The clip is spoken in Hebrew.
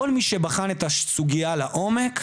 כל מי שבחן את הסוגייה לעומק,